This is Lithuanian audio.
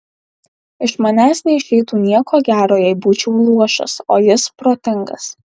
iš manęs neišeitų nieko gero jei būčiau luošas o jis protingas